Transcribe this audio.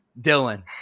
Dylan